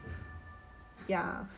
ya